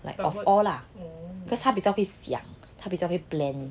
like of all lah because 因为他比较会想他比较会 plan